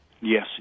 Yes